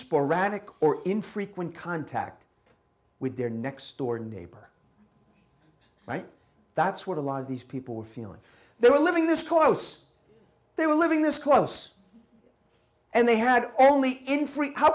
sporadic or infrequent contact with their next door neighbor right that's what a lot of these people were feeling they were living this close they were living this close and they had only been free how